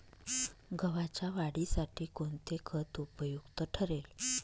गव्हाच्या वाढीसाठी कोणते खत उपयुक्त ठरेल?